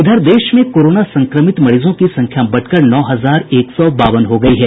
इधर देश में कोरोना संक्रमित मरीजों की संख्या बढ़कर नौ हजार एक सौ बावन हो गयी है